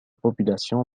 population